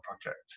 Project